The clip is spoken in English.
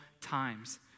times